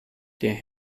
der